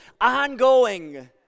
ongoing